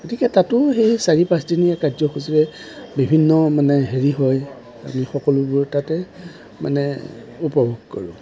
গতিকে তাতো সেই চাৰি পাঁচদিনীয়া কাৰ্যসূচীৰে বিভিন্ন মানে হেৰি হয় আমি সকলোবোৰ তাতে মানে উপভোগ কৰোঁ